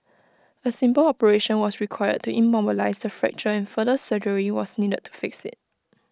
A simple operation was required to immobilise the fracture and further surgery was needed to fix IT